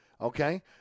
okay